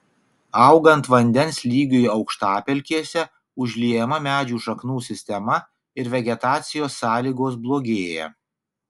augant vandens lygiui aukštapelkėse užliejama medžių šaknų sistema ir vegetacijos sąlygos blogėja